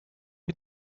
who